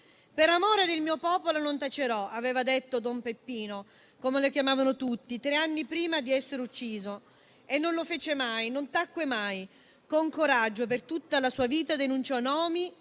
Per amore del mio popolo non tacerò. Questo aveva detto don Peppino - come lo chiamavano tutti - tre anni prima di essere ucciso. Non lo fece mai, non tacque mai: con coraggio, per tutta la sua vita denunciò nomi,